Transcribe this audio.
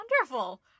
Wonderful